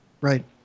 Right